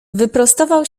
wyprostował